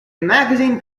magazine